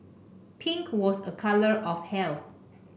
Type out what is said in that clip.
pink was a colour of health